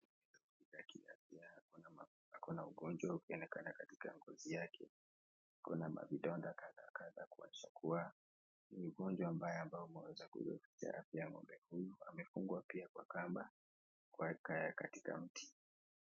na kiafya ako na ugonjwa unaonekana katika ngozi yake. Ako na vidonda kadha kadha kuonyesha kuwa ni ugonjwa mbaya ambao umeweza kuathiri afya ya ng'ombe huyu. Amefungwa pia kwa kamba katika mti.